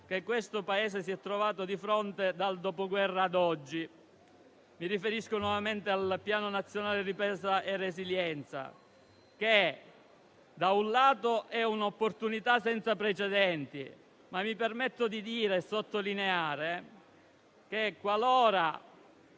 che questo Paese si è trovato di fronte dal dopoguerra ad oggi. Mi riferisco nuovamente al Piano nazionale di ripresa e resilienza, che è un'opportunità senza precedenti; ma mi permetto di sottolineare che qualora